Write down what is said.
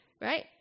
right